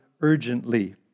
urgently